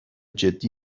جدی